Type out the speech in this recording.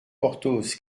porthos